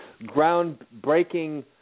groundbreaking